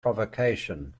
provocation